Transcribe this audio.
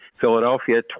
Philadelphia